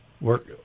work